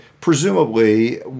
presumably